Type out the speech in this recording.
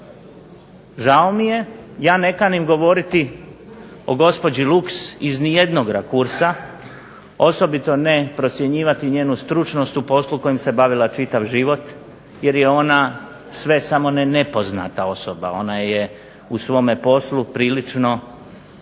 Žao mi je. Ja ne kanim govoriti o gospođi Luks iz ni jednog rakursa, osobito ne procjenjivati njenu stručnost u poslu kojim se bavila čitav život jer je ona sve samo ne nepoznata osoba. Ona je u svome poslu prilično